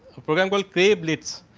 program call create it